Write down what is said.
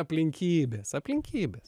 aplinkybės aplinkybės